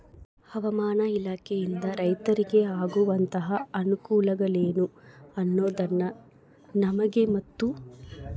ಹವಾಮಾನ ಇಲಾಖೆಯಿಂದ ರೈತರಿಗೆ ಆಗುವಂತಹ ಅನುಕೂಲಗಳೇನು ಅನ್ನೋದನ್ನ ನಮಗೆ ಮತ್ತು?